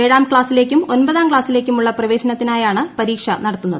ഏഴാം ക്ളാസിലേക്കും ഒമ്പതാം ക്ളാസിലേക്കുമുള്ള പ്രവേശനത്തിനായാണ് പരീക്ഷ നടത്തുന്നത്